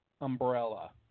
umbrella